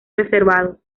reservados